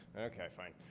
okay, fine.